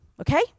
Okay